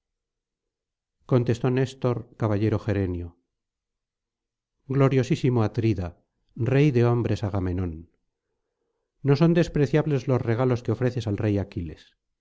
contestó néstor caballero gerenio gloriosísimo atrida rey de hombres agamenón no son despreciables los regalos que ofreces al rey aquiles